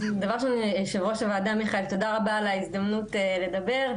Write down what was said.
ראש הוועדה מיכאל, תודה רבה על ההזדמנות לדבר.